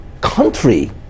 country